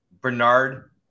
Bernard